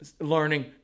learning